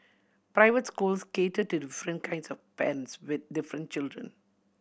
private schools cater to different kinds of parents with different children